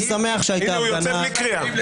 אני יוצא בלי קריאה.